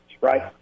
right